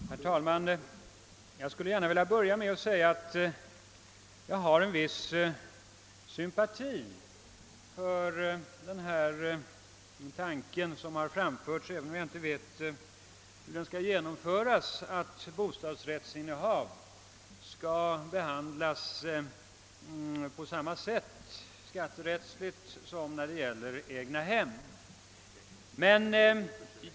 Herr talman! Jag skulle gärna vilja börja med att säga att jag känner en viss sympati för tanken — även om jag inte vet hur den skall kunna förverkligas — att bostadsrättsinnehav skatterättsligt skall behandlas på samma sätt som innehav av ett egnahem.